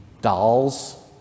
dolls